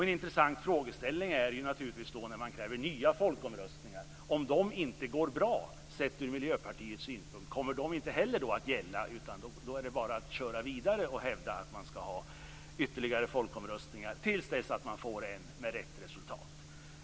En intressant frågeställning när man kräver nya folkomröstningar är vad som händer om det inte går bra, sett ur Miljöpartiets synpunkt. Kommer de då inte heller att gälla? Är det då bara att köra vidare och hävda att man skall ha ytterligare folkomröstningar tills dess att man får en med rätt resultat?